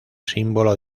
símbolo